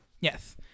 Yes